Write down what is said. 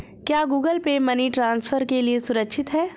क्या Google Pay money transfer के लिए सुरक्षित है?